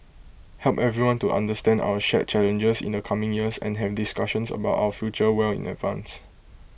help everyone to understand our shared challenges in the coming years and have discussions about our future well in advance